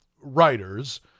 writers